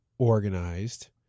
organized